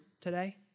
today